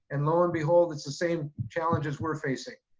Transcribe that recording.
and lo and behold, it's the same challenges we're facing,